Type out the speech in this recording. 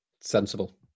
sensible